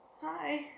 Hi